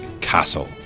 Castle